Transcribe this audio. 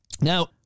Now